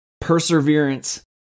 perseverance